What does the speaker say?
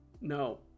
No